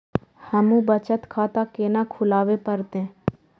हमू बचत खाता केना खुलाबे परतें?